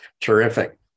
Terrific